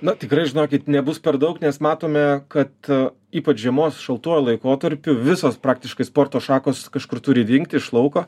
na tikrai žinokit nebus per daug nes matome kad ypač žiemos šaltuoju laikotarpiu visos praktiškai sporto šakos kažkur turi dingti iš lauko